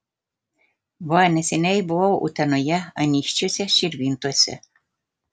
va neseniai buvau utenoje anykščiuose širvintose